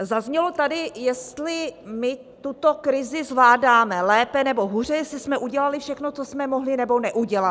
Zaznělo tady, jestli tuto krizi zvládáme lépe nebo hůře, jestli jsme udělali všechno, co jsme mohli, nebo neudělali.